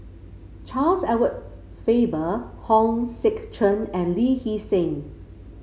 Charles Edward Faber Hong Sek Chern and Lee Hee Seng